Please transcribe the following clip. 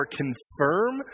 confirm